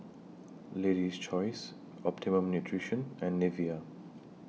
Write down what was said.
Lady's Choice Optimum Nutrition and Nivea